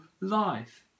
life